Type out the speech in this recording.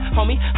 Homie